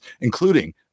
including